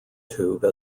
tube